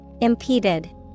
Impeded